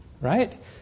right